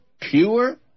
pure